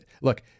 look